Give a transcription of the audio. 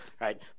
right